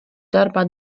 darbā